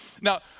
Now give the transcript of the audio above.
Now